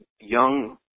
young